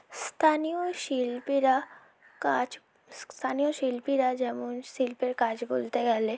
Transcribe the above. স্থানীয় শিল্পীরা কাজ স্থানীয় শিল্পীরা যেমন শিল্পের কাজ বলতে গেলে